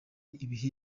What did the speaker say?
ibihe